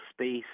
space